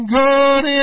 good